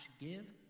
give